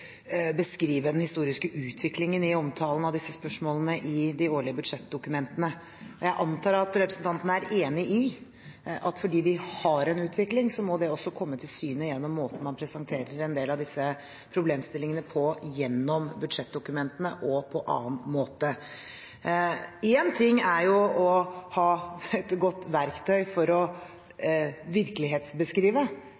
den historiske utviklingen i omtalen av disse spørsmålene i de årlige budsjettdokumentene. Jeg antar at representanten er enig i at fordi vi har en utvikling, må det også komme til syne gjennom måten man presenterer en del av disse problemstillingene på, gjennom budsjettdokumentene og på annen måte. Én ting er å ha et godt verktøy for å virkelighetsbeskrive.